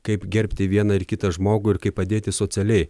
kaip gerbti vieną ir kitą žmogų ir kaip padėti socialiai